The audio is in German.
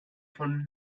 von